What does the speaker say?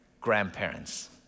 Grandparents